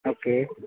okay